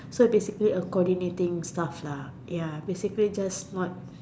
so basically coordinating stuff lah ya basically just not